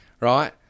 right